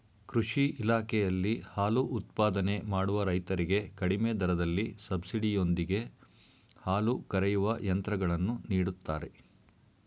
ಕೃಷಿ ಇಲಾಖೆಯಲ್ಲಿ ಹಾಲು ಉತ್ಪಾದನೆ ಮಾಡುವ ರೈತರಿಗೆ ಕಡಿಮೆ ದರದಲ್ಲಿ ಸಬ್ಸಿಡಿ ಯೊಂದಿಗೆ ಹಾಲು ಕರೆಯುವ ಯಂತ್ರಗಳನ್ನು ನೀಡುತ್ತಾರೆ